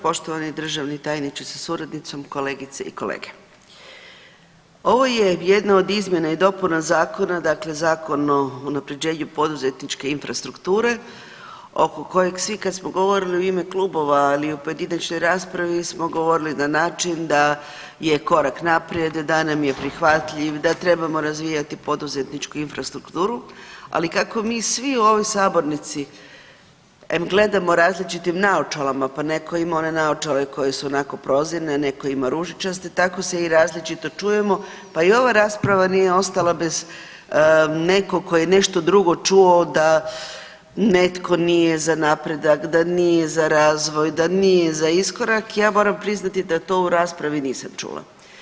Poštovani državni tajniče sa suradnicom, kolegice i kolege, ovo je jedno od izmjena i dopuna dakle Zakon o unapređenju poduzetničke infrastrukture oko kojeg svi kad smo govorili u ime klubova, ali i u pojedinačnoj raspravi smo govorili na način da je korak naprijed, da nam je prihvatljiv, da trebamo razvijati poduzetničku infrastrukturu, ali kako mi svi u ovoj sabornici em gledamo različitim naočalama pa neko ima one naočale koje su onako prozirne, neko ima ružičaste tako se i različito čujemo pa i ova rasprava nije ostala bez nekog tko je nešto drugo čuo da netko nije za napredak, da nije za razvoj, da nije za iskorak, ja moram priznati da to u raspravi nisam čula.